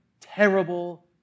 terrible